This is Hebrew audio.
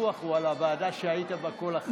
הוויכוח הוא על הוועדה שהיית בה כל החיים.